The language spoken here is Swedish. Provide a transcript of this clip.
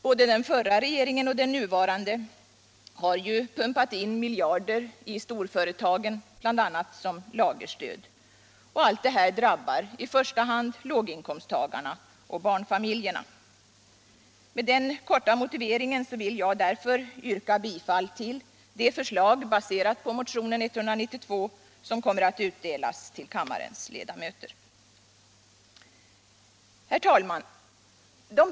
Både den förra regeringen och den nuvarande har ju pumpat in miljarder i storföretagen, bl.a. som lagerstöd. Allt detta drabbar i första hand låginkomsttagarna och barnfamiljerna. Med den korta motiveringen vill jag därför yrka bifall till det särskilda yrkande, baserat på motionen 192, som kommer att utdelas till kammarens ledamöter. Det lyder: c) hos regeringen begära att en snabbutredning tillsätts för att utreda verkningarna av att göra en skattepliktig, ytterligare uppräkning av det allmänna barnbidraget. Herr talman!